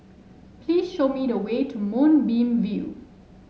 please show me the way to Moonbeam View